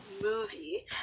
movie